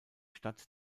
stadt